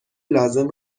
لازم